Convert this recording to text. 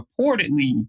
reportedly